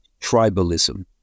tribalism